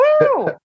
Woo